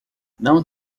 não